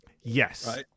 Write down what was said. Yes